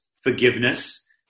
forgiveness